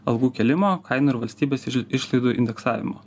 algų kėlimo kainų ir valstybės išlaidų indeksavimo